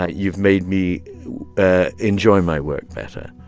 ah you've made me ah enjoy my work better.